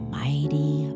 mighty